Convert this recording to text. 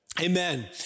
Amen